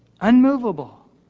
unmovable